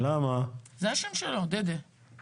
איך שאתה מנהל אותו.